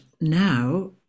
now